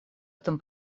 этом